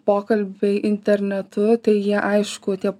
pokalbiai internetu tai jie aišku tie